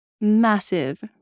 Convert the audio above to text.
massive